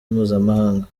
mpuzamahanga